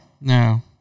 no